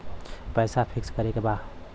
पैसा पिक्स करके बा?